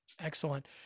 Excellent